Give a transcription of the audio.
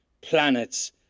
planets